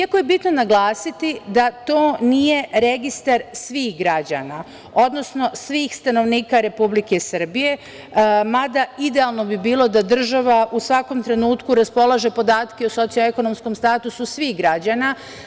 Jako je bitno naglasiti da to nije registar svih građana, odnosno svih stanovnika Republike Srbije, mada idealno bi bilo da država u svakom trenutku raspolaže podacima o socioekonomskom statusu svih građana.